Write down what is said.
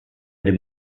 dem